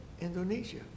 Indonesia